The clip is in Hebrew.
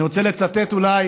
אני רוצה לצטט אולי